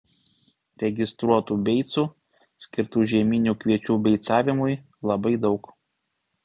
registruotų beicų skirtų žieminių kviečių beicavimui labai daug